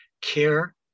care